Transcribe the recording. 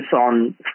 on